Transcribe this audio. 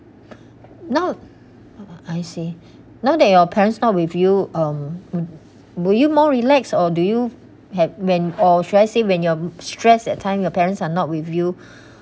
now I see now that your parents not with you um would you more relaxed or do you have when or should I say when you're stressed that time your parents are not with you